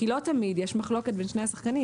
כי לא תמיד יש מחלוקת בין שני השחקנים.